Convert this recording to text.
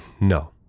No